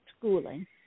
schooling